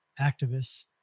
activists